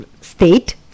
state